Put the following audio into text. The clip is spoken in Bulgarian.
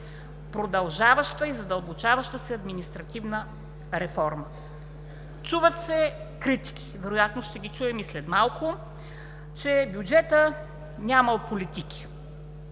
продължаваща и задълбочаваща се административна реформа. Чуват се критики. Вероятно ще ги чуем и след малко, че бюджетът нямал политики.